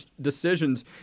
decisions